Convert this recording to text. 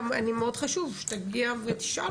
היה לי מאוד חשוב שתגיע ותשאל אותם.